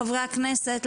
חברי הכנסת,